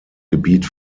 gebiet